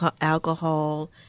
alcohol